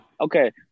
Okay